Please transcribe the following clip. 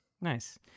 Nice